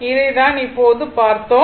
இதை தான் இப்போது பார்த்தோம்